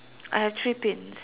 I have three pins